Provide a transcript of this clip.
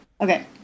Okay